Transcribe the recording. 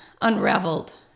unraveled